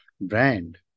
brand